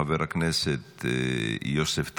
חבר הכנסת יוסף טייב,